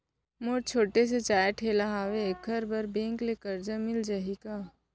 मोर छोटे से चाय ठेला हावे एखर बर बैंक ले करजा मिलिस जाही का?